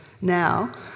now